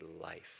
life